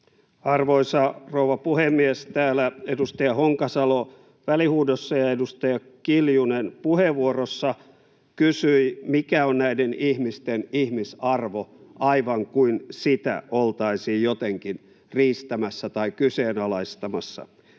Arvoisa rouva puhemies! Täällä edustaja Honkasalo välihuudossa ja edustaja Kiljunen puheenvuorossa kysyivät, mikä on näiden ihmisten ihmisarvo, aivan kuin sitä oltaisiin jotenkin riistämässä tai kyseenalaistamassa.